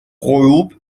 غروب